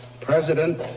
President